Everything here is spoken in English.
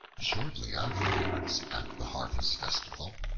shortly afterwards, at the harvest festival,